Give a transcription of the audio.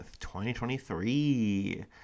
2023